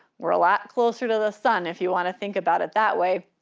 we're a lot closer to the sun. if you wanna think about it that way.